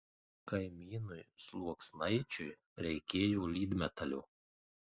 kaimynui sluoksnaičiui reikėjo lydmetalio